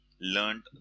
learned